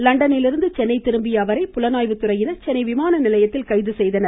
லண்டனில் இருந்து சென்னை திரும்பிய அவரை புலனாய்வு துறையினர் சென்னை விமான நிலையத்தில் கைது செய்தனர்